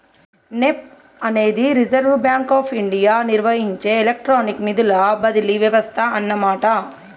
NEFT అనేది reserve bank of India నిర్వహించే electronic నిధుల బదిలీ వ్యవస్థ అన్నమాట